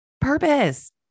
purpose